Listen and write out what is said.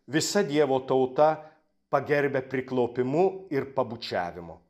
visa dievo tauta pagerbia priklaupimu ir pabučiavimu